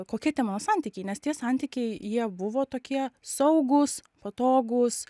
kokie tie mano santykiai nes tie santykiai jie buvo tokie saugūs patogūs